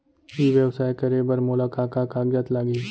ई व्यवसाय करे बर मोला का का कागजात लागही?